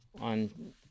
on